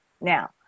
Now